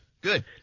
Good